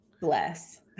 Bless